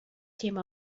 came